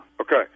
Okay